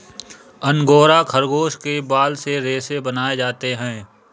angora खरगोश के बाल से रेशे बनाए जाते हैं